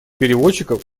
переводчиков